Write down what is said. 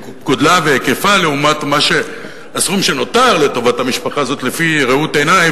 והיקפה לעומת הסכום שנותר לטובת המשפחה הזאת לפי ראות עיניים,